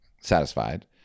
satisfied